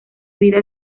vida